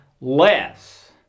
less